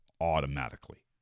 automatically